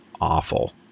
awful